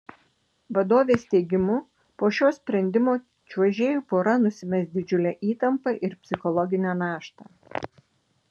vadovės teigimu po šio sprendimo čiuožėjų pora nusimes didžiulę įtampą ir psichologinę naštą